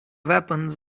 weapons